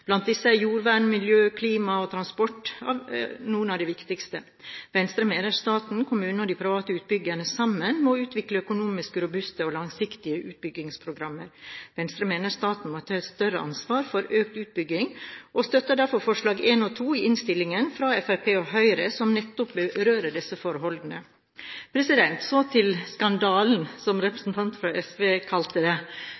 Blant disse er jordvern, miljø, klima og transport noen av de viktigste. Venstre mener staten, kommunene og de private utbyggerne sammen må utvikle økonomisk robuste og langsiktige utbyggingsprogrammer. Venstre mener staten må ta et større ansvar for økt utbygging, og støtter derfor forslagene nr. 1 og 2 i innstillingen fra Fremskrittspartiet og Høyre, som nettopp berører disse forholdene. Så til «skandalen», som